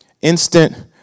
Instant